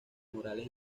morales